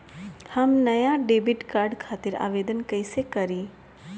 हम नया debit card खातिर आवेदन कईसे करी?